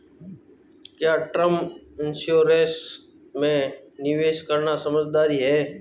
क्या term insurance में निवेश करना समझदारी है?